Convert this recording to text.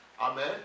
Amen